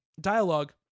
dialogue